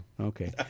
Okay